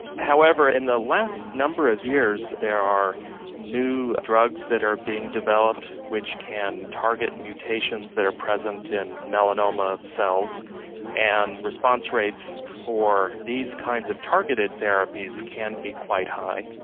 however, in the last number of years there are new drugs that are being developed which can target mutations that are present in melanoma cells and response rates for these kinds of targeted therapies can be quite high.